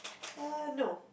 err no